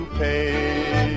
pay